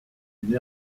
une